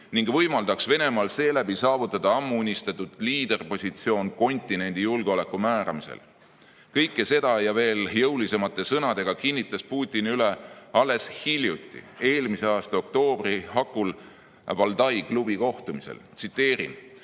ning võimaldaks Venemaal seeläbi saavutada ammu unistatud liiderpositsioon kontinendi julgeoleku määramisel. Kõike seda ja veel jõulisemate sõnadega kinnitas Putin üle alles hiljuti, eelmise aasta oktoobri hakul Valdai klubi kohtumisel. "Ukraina